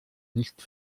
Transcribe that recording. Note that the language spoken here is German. nicht